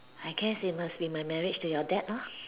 I guess it must be my marriage to your dad lor